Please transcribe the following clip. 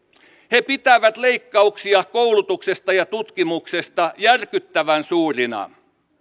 he pitävät leikkauksia koulutuksesta ja tutkimuksesta järkyttävän suurina